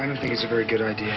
i don't think it's a very good idea